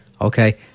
Okay